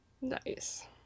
Nice